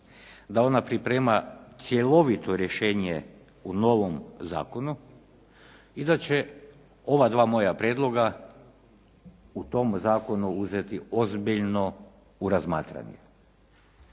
da ona priprema cjelovito rješenje u novom zakonu i da će ova dva moja prijedloga u tom zakonu uzeti ozbiljno u razmatranje.